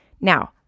Now